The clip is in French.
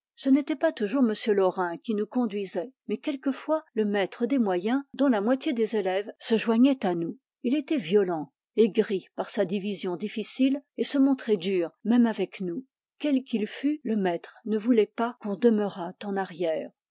ce n'était pas toujours m laurin qui nous conduisait mais quelquefois le maître des moyens dont la moitié des élèves se joignait à nous il était violent aigri par sa division difficile et se montrait dur même avec nous quel qu'il fût le maître ne voulait pas qu'on demeurât en arrière